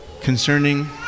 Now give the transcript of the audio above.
concerning